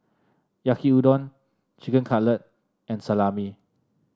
Yaki Udon Chicken Cutlet and Salami